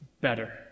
better